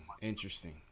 Interesting